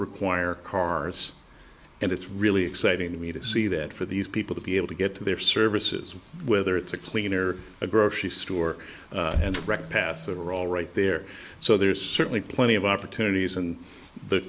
require cars and it's really exciting to me to see that for these people to be able to get to their services whether it's a cleaner a grocery store and rec passive are all right there so there's certainly plenty of opportunities and the